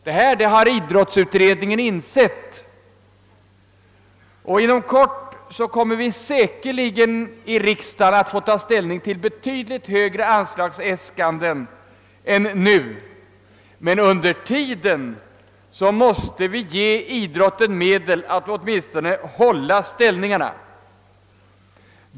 Detta har idrottsutredningen insett, och inom kort kommer vi säkerligen att i riksdagen få ta ställning till betydligt högre anslagsäskanden än nu. Men under tiden måste vi ge idrotten medel så att den åtminstone kan hålla ställningarna.